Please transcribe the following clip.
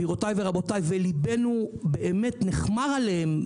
וליבנו באמת נכמר עליהם,